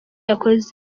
yakoze